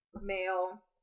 male